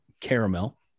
caramel